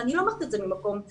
ואני לא אומרת את זה ממקום רע,